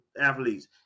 athletes